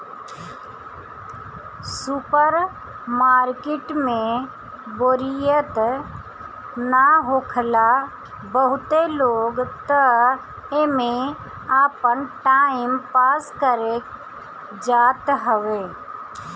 super market में बोरियत ना होखेला बहुते लोग तअ एमे आपन टाइम पास करे जात हवे